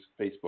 Facebook